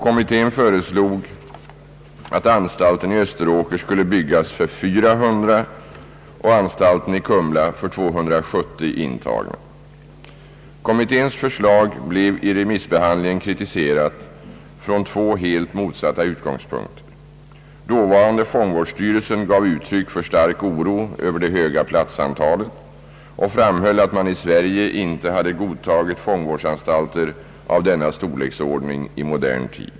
Kommittén föreslog att anstalten i Österåker skulle byggas för 400 och anstalten i Kumla för 270 intagna. Kommitténs förslag blev i remissbehandlingen kritiserat från två helt motsatta utgångspunkter. Dåvarande fång vårdsstyrelsen gav uttryck för stark oro över det höga platsantalet och framhöll att man i Sverige inte hade godtagit fångvårdsanstalter av denna storleksordning i modern tid.